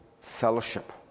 fellowship